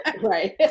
Right